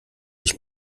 ich